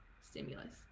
stimulus